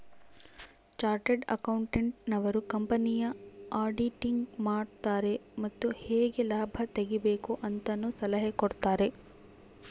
chartered accountant ನವರು ಕಂಪನಿಯ auditing ಮಾಡುತಾರೆ ಮತ್ತು ಹೇಗೆ ಲಾಭ ತೆಗಿಬೇಕು ಅಂತನು ಸಲಹೆ ಕೊಡುತಾರೆ